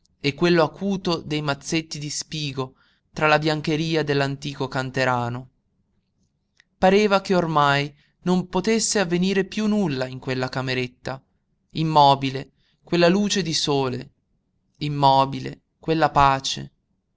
e quello acuto dei mazzetti di spigo tra la biancheria dell'antico canterano pareva che ormai non potesse avvenire piú nulla in quella cameretta immobile quella luce di sole immobile quella pace